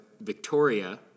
Victoria